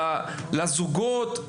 לזוגות,